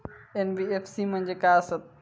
NBFC म्हणजे खाय आसत?